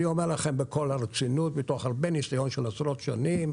אני אומר לכם בכל הרצינות מתוך הרבה ניסיון של עשרות שנים.